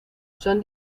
son